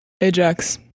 Ajax